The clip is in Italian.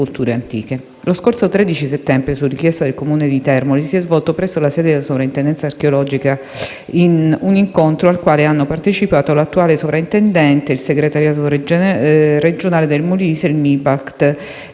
Lo scorso 13 settembre, su richiesta del Comune di Termoli, si è svolto presso la sede della Soprintendenza archeologia, belle arti e paesaggio, un incontro al quale hanno partecipato l'attuale soprintendente, il segretario regionale del Molise del